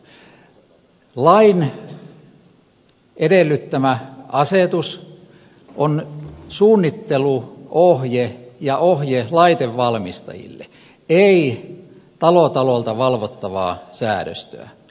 lain edellyttämä asetus on suunnitteluohje ja ohje laitevalmistajille ei talo talolta valvottavaa säädöstöä